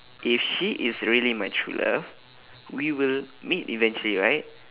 if she is really my true love we will meet eventually right